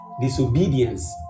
Disobedience